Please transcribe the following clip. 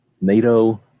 NATO